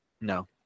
No